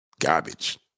garbage